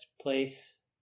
place